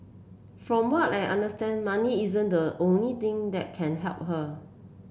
from what I understand money isn't the only thing that can help her